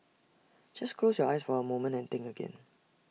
just close your eyes for A moment and think again